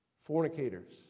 fornicators